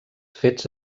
fets